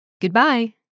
Goodbye